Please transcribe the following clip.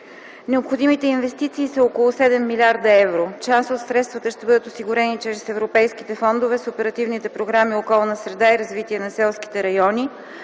Необходимите инвестиции са около 7 млрд. евро. Част от средствата ще бъдат осигурени чрез европейските фондове с оперативните програми „Околна среда” и „Развитие на селските райони”,